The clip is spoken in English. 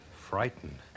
Frightened